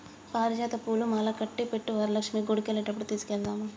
పారిజాత పూలు మాలకట్టి పెట్టు వరలక్ష్మి గుడికెళ్లేటప్పుడు తీసుకెళదాము